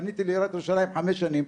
פניתי לעיריית ירושלים חמש שנים,